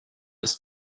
ist